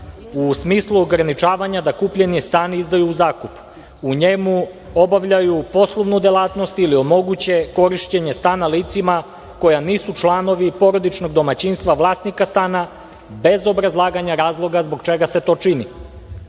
u smislu ograničavanja da kupljeni stan izdaju u zakup, u njemu obavljaju poslovnu delatnost ili omoguće korišćenje stana licima koja nisu članovi porodičnog domaćinstva vlasnika stana, bez obrazlaganja razloga zbog čega se to